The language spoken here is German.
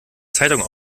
zeitung